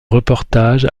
reportage